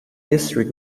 district